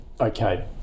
Okay